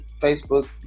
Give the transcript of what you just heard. Facebook